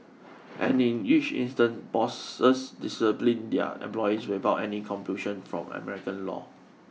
and in each instance bosses disciplined their employees without any compulsion from American law